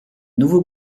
nouveau